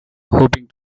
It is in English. hoping